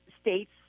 states